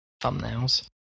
thumbnails